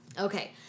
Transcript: okay